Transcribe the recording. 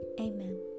Amen